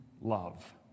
love